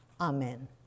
Amen